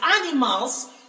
animals